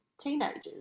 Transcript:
teenagers